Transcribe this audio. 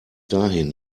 dahin